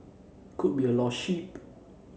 could be a lost sheep